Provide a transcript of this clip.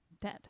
Dead